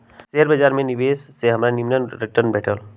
share बाजार में निवेश से हमरा निम्मन रिटर्न भेटल